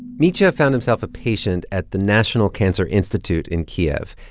mitya found himself a patient at the national cancer institute in kyiv.